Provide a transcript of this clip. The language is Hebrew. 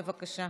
בבקשה.